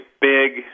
big